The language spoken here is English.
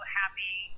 happy